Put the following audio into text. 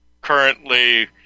currently